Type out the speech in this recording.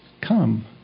Come